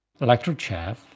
Electrochaff